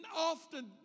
often